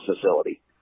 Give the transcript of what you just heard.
facility